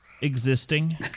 Existing